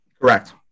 Correct